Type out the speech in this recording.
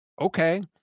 Okay